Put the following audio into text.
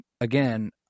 again